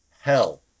hell